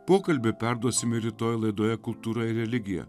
pokalbio perduosime rytoj laidoje kultūra ir religija